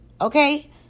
okay